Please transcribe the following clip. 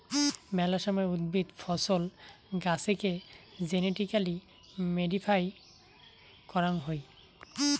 মেলা সময় উদ্ভিদ, ফছল, গাছেকে জেনেটিক্যালি মডিফাইড করাং হসে